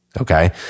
Okay